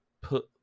put